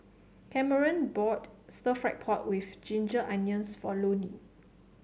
Cameron bought stir fry pork with Ginger Onions for Loni